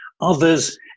Others